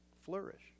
flourish